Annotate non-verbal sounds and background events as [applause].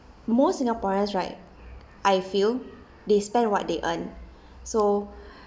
most singaporeans right I feel they spend what they earn so [breath]